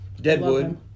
Deadwood